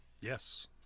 Yes